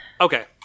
Okay